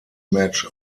match